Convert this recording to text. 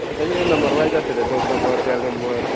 ताजे नंबर वायट आसता ते चवथ नंबर तेरा नंबर